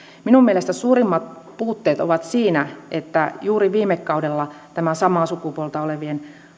minun mielestäni suurimmat puutteet ovat siinä että juuri viime kaudella tämä samaa sukupuolta olevien